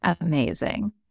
amazing